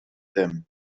them